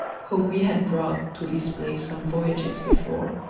whom we had brought to this place some voyages before,